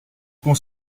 qu’on